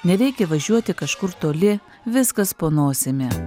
nereikia važiuoti kažkur toli viskas po nosimi